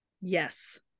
Yes